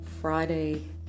Friday